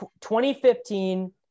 2015